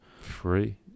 free